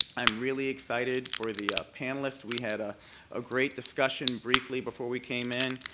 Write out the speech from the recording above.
i'm really excited for the panelists. we had a ah great discussion briefly before we came in.